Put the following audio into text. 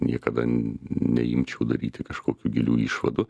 niekada neimčiau daryti kažkokių gilių išvadų